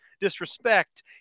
disrespect